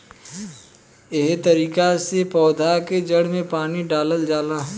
एहे तरिका से पौधा के जड़ में पानी डालल जाला